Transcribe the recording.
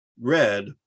red